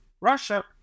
Russia